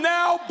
now